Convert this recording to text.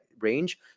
range